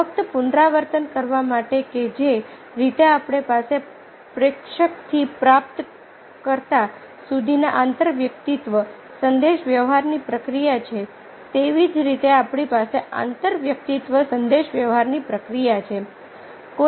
ફક્ત પુનરાવર્તન કરવા માટે કે જે રીતે આપણી પાસે પ્રેષકથી પ્રાપ્તકર્તા સુધીના આંતરવ્યક્તિત્વ સંદેશાવ્યવહારની પ્રક્રિયા છે તેવી જ રીતે આપણી પાસે આંતરવ્યક્તિત્વ સંદેશાવ્યવહારની પ્રક્રિયા છે